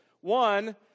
One